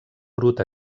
brut